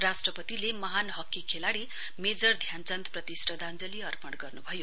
राष्ट्रपिताले महान हकी खेलाड़ी मेजर ध्यानचन्द प्रति श्रध्दाञ्जली अर्पण गर्नुभयो